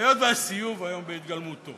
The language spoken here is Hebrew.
היות שהסיאוב היום בהתגלמותו